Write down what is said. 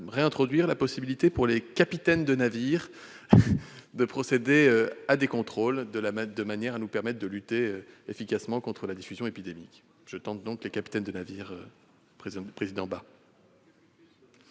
réintroduire la possibilité pour les capitaines de navire de procéder à des contrôles, de manière à nous permettre de lutter efficacement contre la diffusion épidémique. Quel est l'avis de la commission ?